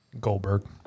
Goldberg